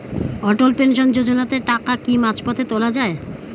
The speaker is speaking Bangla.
অটল পেনশন যোজনাতে টাকা কি মাঝপথে তোলা যায়?